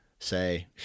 Say